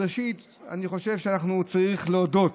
אז ראשית, אני חושב שאנחנו צריכים להודות